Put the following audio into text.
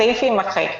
הסעיף יימחק.